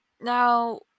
now